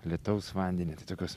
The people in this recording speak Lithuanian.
lietaus vandenį tai tokios